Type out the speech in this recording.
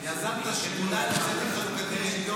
אני רוצה שתקים לי ועדה שתיקרא